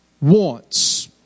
wants